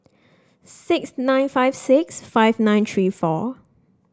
six nine five six five nine three four